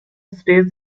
state